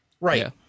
Right